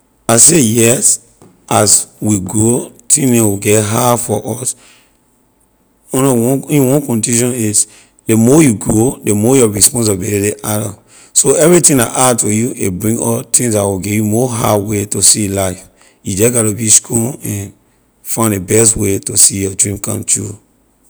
I say yes as we grow thing neh will get hard for us under one in one condition is ley more you grow ley more your responsibility add up so everything la add to you a bring up things la will give you more hard way to see life you jeh gatto be strong and find ley best way to see your dream come through